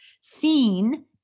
seen